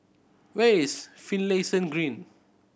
where is Finlayson Green